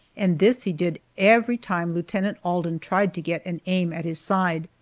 and this he did every time lieutenant alden tried to get an aim at his side.